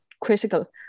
critical